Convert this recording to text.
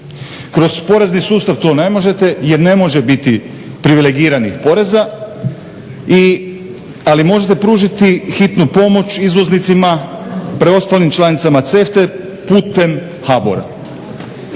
Kroz porezni sustav to ne možete jer ne može biti privilegiranih poreza, ali možete pružiti hitnu pomoć izvoznicima preostalim članicama CEFTA-e putem HBOR-a